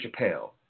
Chappelle